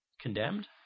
Condemned